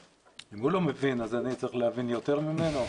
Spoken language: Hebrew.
אם הוא לא מבין אז אני צריך להבין יותר ממנו?